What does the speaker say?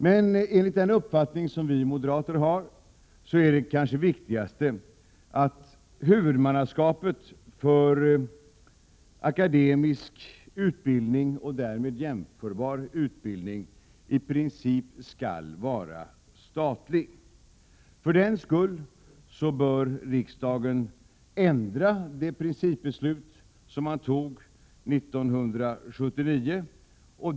Men enligt den uppfattning som vi moderater har är kanske det viktigaste att huvudmannaskapet för akademisk utbildning och därmed jämförbar utbildning i princip skall vara statligt. För den skull bör riksdagen ändra det principbeslut som den fattade 1979.